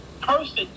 person